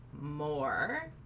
more